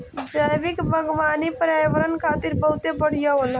जैविक बागवानी पर्यावरण खातिर बहुत बढ़िया होला